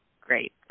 Great